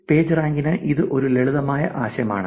പേജ്റാങ്കിന് ഇത് ഒരു ലളിതമായ ആശയമാണ്